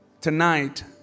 tonight